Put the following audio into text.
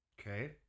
Okay